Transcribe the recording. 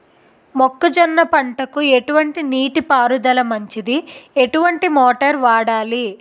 మొక్కజొన్న పంటకు ఎటువంటి నీటి పారుదల మంచిది? ఎటువంటి మోటార్ వాడాలి?